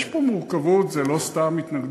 יש פה מורכבות, זו לא סתם התנגדות.